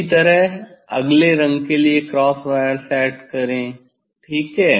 इसी तरह अगले रंग के लिए क्रॉस वायर सेट करें ठीक है